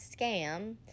scam